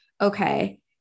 okay